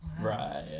right